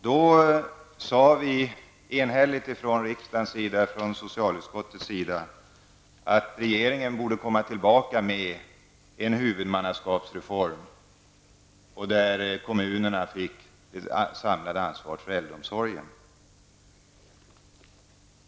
Då sade vi enhälligt från socialutskottets sida att regeringen borde komma tillbaka med en huvudmannaskapsreform, där kommunerna fick det samlade ansvaret för äldreomsorgen.